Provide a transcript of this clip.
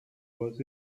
was